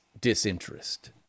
disinterest